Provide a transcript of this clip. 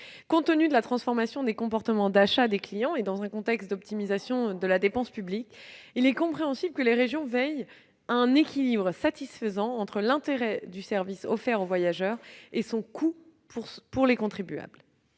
Compte tenu de la transformation des comportements d'achat des clients et dans un contexte d'optimisation de la dépense publique, il est compréhensible que celles-ci veillent à un équilibre satisfaisant entre l'intérêt du service offert aux voyageurs et son coût pour les contribuables.